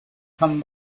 come